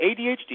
ADHD